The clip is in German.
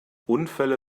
unfälle